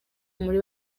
muri